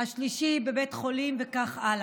השלישי בבית חולים וכך הלאה.